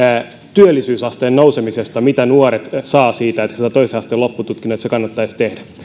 työllisyysasteen nousemiseen mitä nuoret saavat siitä että saisivat toisen asteen loppututkinnon että se kannattaisi tehdä